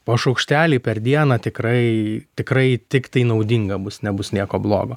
po šaukštelį per dieną tikrai tikrai tiktai naudinga bus nebus nieko blogo